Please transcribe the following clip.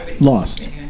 Lost